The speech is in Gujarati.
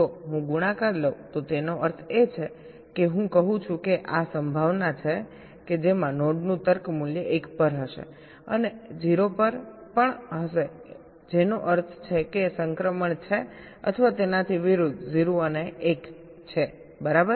જો હું ગુણાકાર લઉં તો તેનો અર્થ એ છે કે હું કહું છું કે આ સંભાવના છે કે જેમાં નોડનું તર્ક મૂલ્ય 1 પર હશે અને 0 પર પણ હશે જેનો અર્થ છે કે સંક્રમણ છે અથવા તેનાથી વિરુદ્ધ 0 અને 1 છે બરાબર